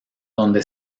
donde